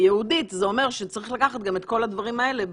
בייעודית זה אומר שצריך לקחת גם את כל הדברים האלה בחשבון.